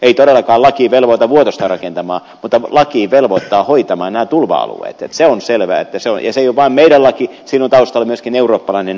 ei todellakaan laki velvoita vuotosta rakentamaan mutta laki velvoittaa hoitamaan nämä tulva alueet se on selvä ja se ei ole vain meidän laki siinä on taustalla myöskin eurooppalainen normisto